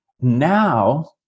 Now